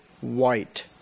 white